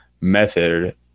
method